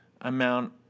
amount